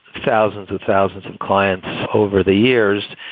thousands of thousands of clients over the years.